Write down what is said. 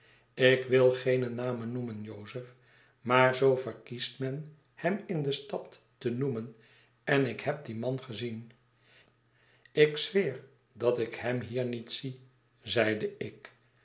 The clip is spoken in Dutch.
ik wil geene namennoemen jozef maar zoo verkiest men hem in de stad te noemen en ik heb dien man gezien ik zweer dat ik hem hier niet zie zeide ik